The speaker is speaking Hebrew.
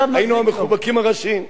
התחבקנו, היינו המחובקים הראשיים.